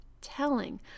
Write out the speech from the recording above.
Telling